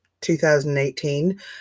2018